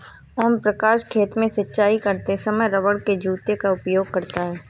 ओम प्रकाश खेत में सिंचाई करते समय रबड़ के जूते का उपयोग करता है